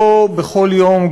לא בכל יום,